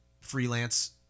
freelance